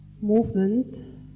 movement